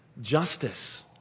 justice